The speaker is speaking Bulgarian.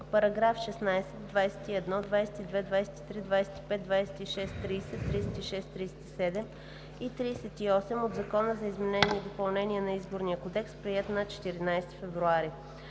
параграфи 16, 21, 22, 23, 25, 26, 30, 36, 37 и 38 от Закона за изменение и допълнение на Изборния кодекс, приет на 14 февруари